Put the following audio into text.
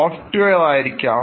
software ആയിരിക്കാം